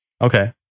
Okay